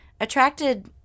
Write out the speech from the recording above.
attracted